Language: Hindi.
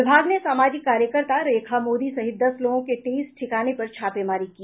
विभाग ने सामाजिक कार्यकर्ता रेखा मोदी सहित दस लोगों के तेईस ठिकाने पर छापेमारी की